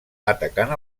atacant